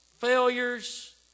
failures